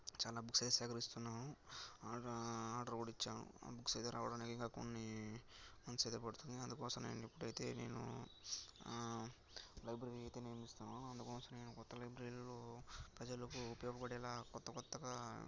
చాలా బుక్సే సేకరిస్తున్నాము ఆర్డర్ ఆర్డర్ కూడా ఇచ్చాను ఆ బుక్స్ అయితే రావడానికి ఇంకా కొన్ని మంత్స్ అయితే పడుతుంది అందుకోసం నేను ఇప్పుడైతే నేను లైబ్రరీ అయితే నిర్మిస్తాను అందుకోసం నేను కొత్త లైబ్రరీలో ప్రజలకు ఉపయోగ పడేలా కొత్త కొత్తగా